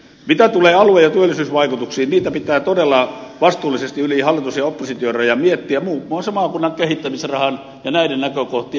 mitä tulee alue ja työllisyysvaikutuksiin niitä pitää todella vastuullisesti yli hallitus ja oppositiorajan miettiä muun muassa maakunnan kehittämisrahan ja näiden näkökohtien huomioon ottamista